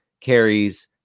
carries